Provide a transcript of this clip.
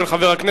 הצעת חוק